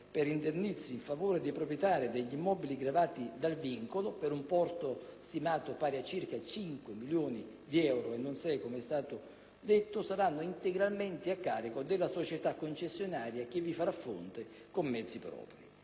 per indennizzi in favore dei proprietari degli immobili gravati dal vincolo, per un importo stimato pari a circa 5 milioni di euro (non 6 milioni, com'è stato detto), saranno integralmente a carico della società concessionaria, che vi farà fronte con mezzi propri.